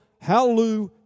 Hallelujah